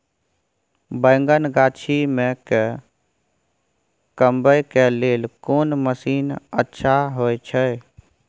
बैंगन गाछी में के कमबै के लेल कोन मसीन अच्छा होय छै?